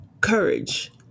courage